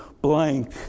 blank